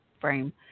frame